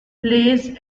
plays